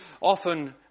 often